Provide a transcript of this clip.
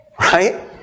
right